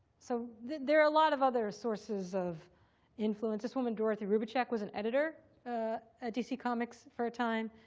so there are a lot of other sources of influence. this woman dorothy roubicek was an editor at dc comics for a time,